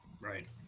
right